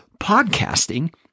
podcasting